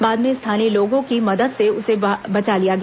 बाद में स्थानीय लोगों की मदद से उसे बचा लिया गया